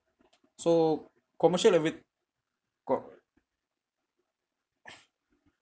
so commercial of it call